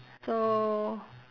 so